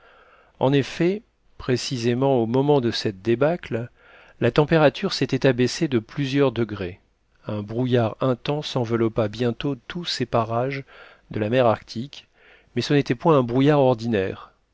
en effet précisément au moment de cette débâcle la température s'était abaissée de plusieurs degrés un brouillard intense enveloppa bientôt tous ces parages de la mer arctique mais ce n'était point un brouillard ordinaire